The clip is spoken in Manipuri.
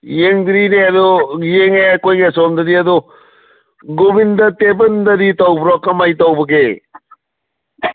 ꯌꯦꯡꯗꯔꯤꯅꯦ ꯑꯗꯨ ꯌꯦꯡꯉꯦ ꯑꯩꯈꯣꯏꯒꯤ ꯑꯁꯣꯝꯗꯗꯤ ꯑꯗꯣ ꯒꯣꯕꯤꯟꯗ ꯇꯦꯝꯄꯜꯗꯗꯤ ꯇꯧꯕ꯭ꯔꯣ ꯀꯃꯥꯏ ꯇꯧꯕꯒꯦ